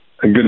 Good